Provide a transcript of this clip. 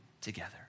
together